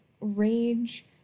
rage